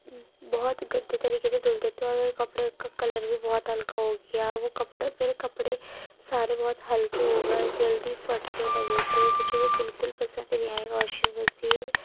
بہت گندے طریقے سے دھلتے تھے اور کپڑے کا کلر بھی بہت ہلکا ہو گیا وہ کپڑا میرے کپڑے سارے بہت ہلکے ہو گئے جلدی پھٹنے لگے تھے مجھے وہ بالکل پسند نہیں آیا واشنگ مشین